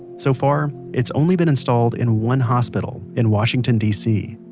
so far, it's only been installed in one hospital in washington dc.